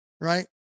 right